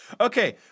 Okay